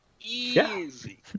Easy